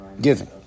giving